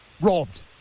Robbed